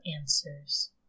answers